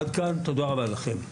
עד כאן, תודה רבה לכם.